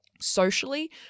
socially